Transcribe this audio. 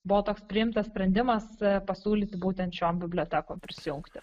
buvo toks priimtas sprendimas pasiūlyti būtent šiom bibliotekom prisijungti